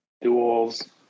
duels